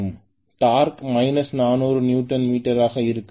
dark 400 newton மீட்டராக இருக்கும்